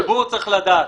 הציבור צריך לדעת.